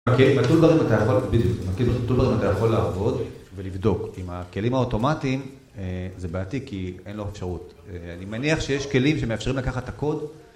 Ok. בטולברים אתה יכול, בדיוק, בטולברים אתה יכול לעבוד, ולבדוק. עם הכלים האוטומטיים זה בעייתי, כי אין לו אפשרות. אני מניח שיש כלים שמאפשרים לקחת את הקוד